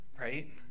right